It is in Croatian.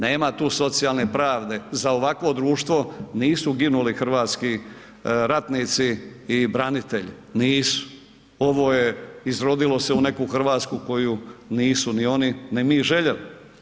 Nema tu socijalne pravde za ovakvo društvo nisu ginuli hrvatski ratnici i branitelji, nisu, ovo se izrodilo u neku Hrvatsku koju nisu ni oni ni mi željeli.